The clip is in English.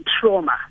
trauma